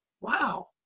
wow